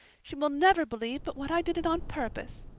she will never believe but what i did it on purpose.